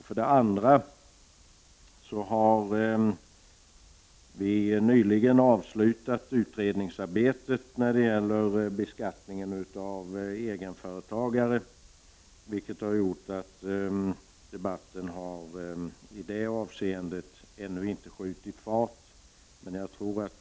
För det andra har vi nyligen avslutat utredningsarbetet när det gäller beskattningen av egenföretagare, vilket gör att debatten i det avseendet ännu inte har skjutit fart.